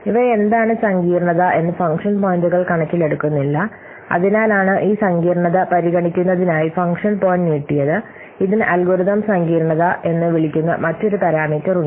ഇവയെന്താണ് സങ്കീർണ്ണത എന്ന് ഫംഗ്ഷൻ പോയിന്റുകൾ കണക്കിലെടുക്കുന്നില്ല അതിനാലാണ് ഈ സങ്കീർണ്ണത പരിഗണിക്കുന്നതിനായി ഫംഗ്ഷൻ പോയിന്റ് നീട്ടിയത് ഇതിന് അൽഗോരിതം സങ്കീർണ്ണത എന്ന് വിളിക്കുന്ന മറ്റൊരു പാരാമീറ്റർ ഉണ്ട്